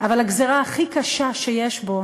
אבל הגזירה הכי קשה שיש בו